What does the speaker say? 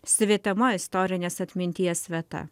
svetima istorinės atminties vieta